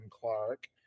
Clark